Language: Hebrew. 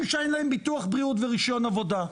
שאין להם ביטוח בריאות ורישיון עבודה.